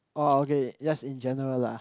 oh okay yes in general lah